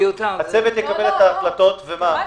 לא, לא --- הצוות יקבל את ההחלטות ומה?